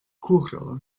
kuro